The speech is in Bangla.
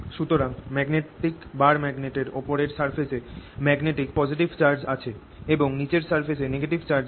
সুতরাং ম্যাগনেটিক বার ম্যাগনেট এর ওপরের সারফেস এ ম্যাগনেটিক পজিটিভ চার্জ আছে এবং নিচের সারফেস এ নেগেটভ চার্জ আছে